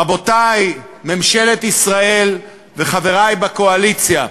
רבותי, ממשלת ישראל וחברי בקואליציה,